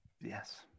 yes